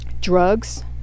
drugs